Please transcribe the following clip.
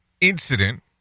incident